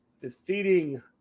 defeating